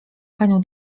panią